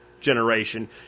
generation